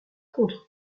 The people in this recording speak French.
contre